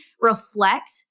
reflect